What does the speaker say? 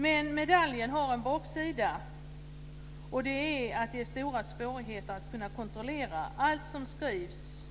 Men medaljen har en baksida, och det är att det är stora svårigheter att kontrollera allt som skrivs